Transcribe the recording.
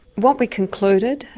what we concluded,